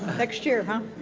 next year, huh?